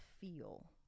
feel